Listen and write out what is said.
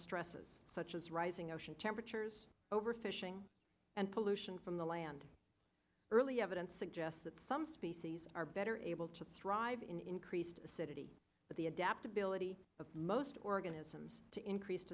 stresses such as rising ocean temperatures overfishing and pollution from the land early evidence suggests that some species are better able to thrive in increased acidity but the adaptability of most organisms to increased